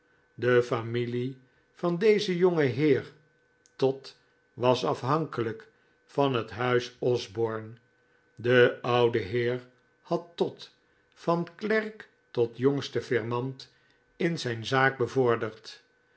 de familie van dezen jongeheer todd was afhankelijk van het huis osborne de oude heer had todd van klerk tot jongsten firmant in zijn zaak bevorderd